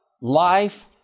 life